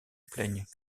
plaignent